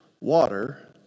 water